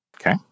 Okay